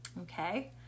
Okay